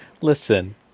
listen